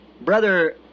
Brother